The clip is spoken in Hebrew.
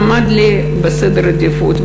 עמד בעדיפות.